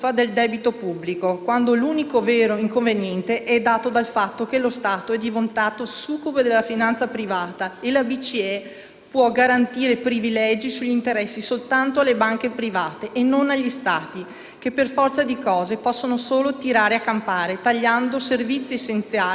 può garantire privilegi sugli interessi soltanto alle banche private e non agli Stati che, per forza di cose, possono solo «tirare a campare», tagliando servizi essenziali e cercando di rattoppare, nel breve periodo, quel tanto che basti per non cadere nel baratro più profondo.